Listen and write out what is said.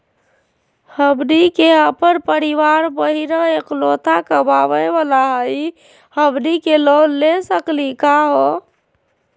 हमनी के अपन परीवार महिना एकलौता कमावे वाला हई, हमनी के लोन ले सकली का हो?